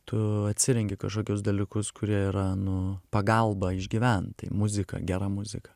tu atsirenki kažkokius dalykus kurie yra nu pagalba išgyvent tai muzika gera muzika